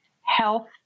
health